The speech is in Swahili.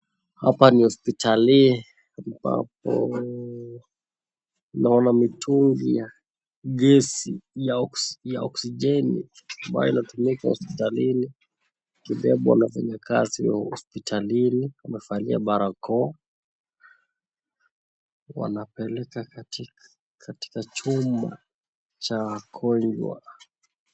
Hapa ni hospitalini, ambapo naona mitungi ya gesi ya oksijeni ambayo inatumika hospitalini inabebwa na wafanyakazi wa hospitalini. Wamevalia barakoa wanapeleka katika chumba cha wagonjwa.